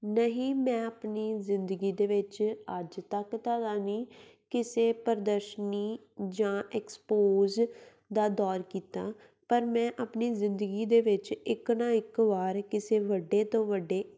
ਨਹੀਂ ਮੈਂ ਆਪਣੀ ਜ਼ਿੰਦਗੀ ਦੇ ਵਿੱਚ ਅੱਜ ਤੱਕ ਤਾਂ ਨਹੀਂ ਕਿਸੇ ਪ੍ਰਦਰਸ਼ਨੀ ਜਾਂ ਐਕਸਪੋਜ ਦਾ ਦੌਰ ਕੀਤਾ ਪਰ ਮੈਂ ਆਪਣੀ ਜ਼ਿੰਦਗੀ ਦੇ ਵਿੱਚ ਇੱਕ ਨਾ ਇੱਕ ਵਾਰ ਕਿਸੇ ਵੱਡੇ ਤੋਂ ਵੱਡੇ